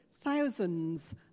thousands